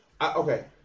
okay